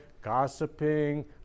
gossiping